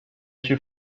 she